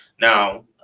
now